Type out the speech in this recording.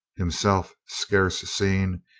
him self scarce seen,